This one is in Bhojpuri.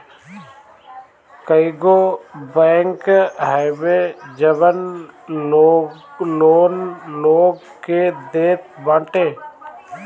कईगो बैंक हवे जवन लोन लोग के देत बाटे